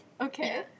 Okay